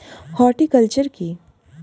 Horticulture কি?